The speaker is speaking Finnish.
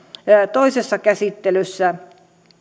toisessa käsittelyssä